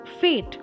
fate